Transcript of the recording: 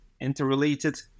interrelated